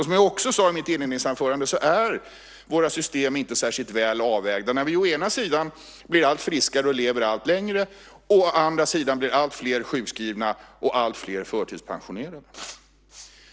Som jag också sade i mitt inledningsanförande är våra system inte särskilt väl avvägda när å ena sidan vi blir allt friskare och lever allt längre och å andra sidan alltfler blir sjukskrivna och alltfler förtidspensionerade.